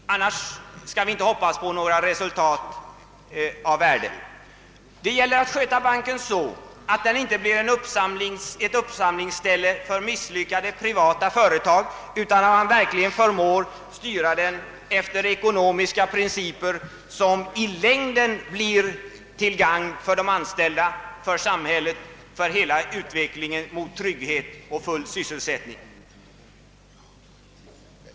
Annars skall vi inte hoppas på något resultat av värde. Det gäller att sköta banken så att den inte blir ett uppsamlingsställe för misslyckade privata företag, utan man måste verkligen kunna styra den efter principer som i längden blir till gagn för de anställda, för samhället och för hela utvecklingen mot trygghet och full sysselsättning.